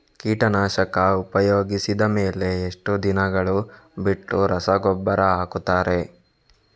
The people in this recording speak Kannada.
ಕೀಟನಾಶಕ ಉಪಯೋಗಿಸಿದ ಮೇಲೆ ಎಷ್ಟು ದಿನಗಳು ಬಿಟ್ಟು ರಸಗೊಬ್ಬರ ಹಾಕುತ್ತಾರೆ?